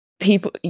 People